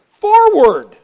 forward